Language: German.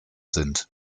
sind